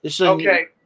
Okay